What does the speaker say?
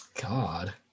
God